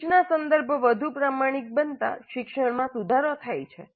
સૂચના સંદર્ભ વધુ પ્રમાણિક બનતાં શિક્ષણમાં સુધારો થાય છે